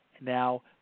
Now